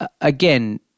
again